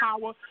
power